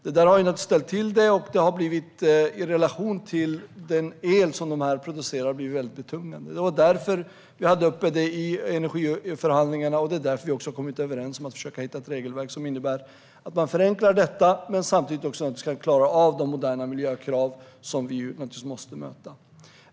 Detta har naturligtvis ställt till det, och det har blivit betungande i relation till den el som kraftverken producerar. Det var därför vi hade detta uppe i energiförhandlingarna, och det är också därför vi har kommit överens om att försöka hitta ett regelverk som innebär att man förenklar det hela men samtidigt klarar av de moderna miljökrav som vi måste möta.